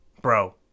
bro